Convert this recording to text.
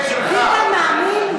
ביטן מאמין?